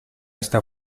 está